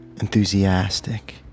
enthusiastic